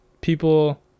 people